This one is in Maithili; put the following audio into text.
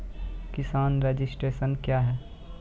किसान रजिस्ट्रेशन क्या हैं?